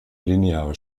lineare